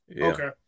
Okay